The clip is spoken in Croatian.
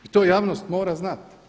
I to javnost mora znati.